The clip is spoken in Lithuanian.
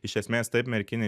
iš esmės taip merkinė